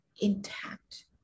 intact